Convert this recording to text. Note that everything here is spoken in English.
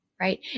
right